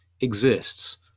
exists